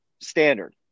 standard